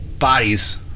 bodies